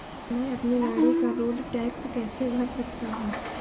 मैं अपनी गाड़ी का रोड टैक्स कैसे भर सकता हूँ?